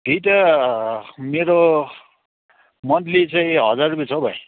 त्यही त मेरो मन्थली चाहिँ हजार रुपियाँ छ हो भाइ